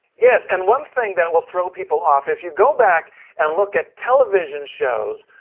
yes, and one thing that will throw people off, if you go back and look at television shows,